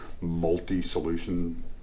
multi-solution